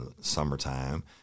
summertime